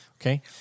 okay